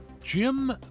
Jim